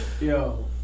Yo